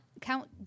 count